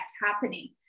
happening